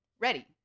Ready